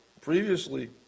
previously